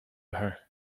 her